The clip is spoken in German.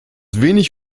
wenig